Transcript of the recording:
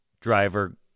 driver